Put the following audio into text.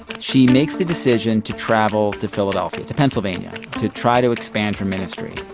she makes the decision to travel to philadelphia to pennsylvania to try to expand her ministry.